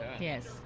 yes